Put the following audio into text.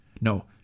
No